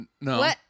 No